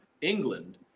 England